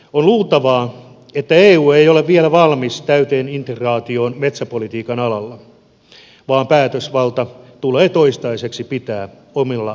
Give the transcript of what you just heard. on luultavaa että eu ei ole vielä valmis täyteen integraatioon metsäpolitiikan alalla vaan päätösvalta tulee toistaiseksi pitää omalla kansallisella tasolla